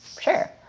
sure